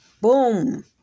Boom